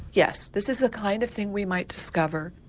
yes, this is a kind of thing we might discover,